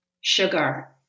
sugar